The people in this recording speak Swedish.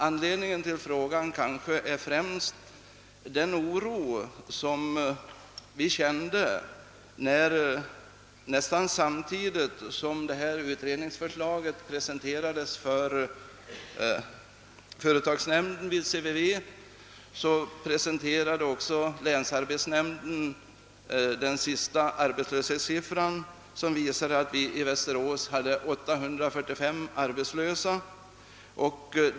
Anledningen till att jag ställde frågan var främst den oro som vi kände när länsarbetsnämnden, samtidigt som utredningsförslaget presenterades för företagsnämnden vid CVV, redovisade den senaste arbetslöshetssiffran, som för Västerås del angav antalet arbetslösa till 845.